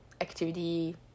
activity